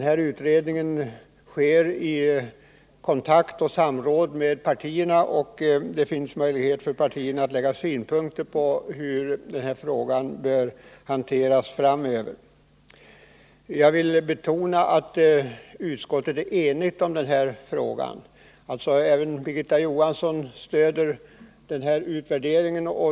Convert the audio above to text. Utredningen sker i kontakt och samråd med partierna. Det finns därför möjligheter för partierna att framlägga sina synpunkter på hur frågan bör hanteras framöver. Jag vill betona att utskottet är enigt i den här frågan; även Birgitta Johansson stöder således utvärderingen.